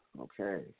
Okay